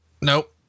Nope